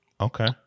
Okay